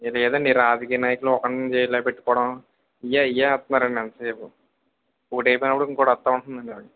లేదండీ రాజకీయ నాయకులు ఒకళ్ళని జైల్లో పెట్టుకోవడం ఇయ్యే అయ్యే ఏస్తున్నారండి ఎంత సేపు ఒకటి అయిపోయినప్పుడు ఇంకోటి వస్తా ఉంటుందిగా